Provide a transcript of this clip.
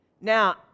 Now